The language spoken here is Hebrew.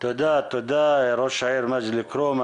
תודה, ראש העיר מג'ד אל כרום.